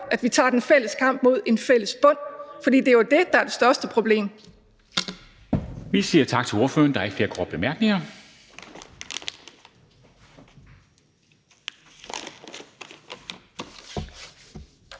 at vi tager den fælles kamp for en fælles bund. For det er jo det, der er det største problem.